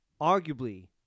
arguably